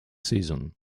season